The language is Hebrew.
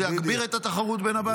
זה יגביר את התחרותיות בין הבנקים.